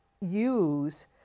use